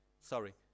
sorry